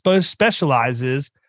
specializes